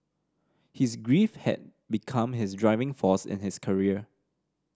his grief had become his driving force in his career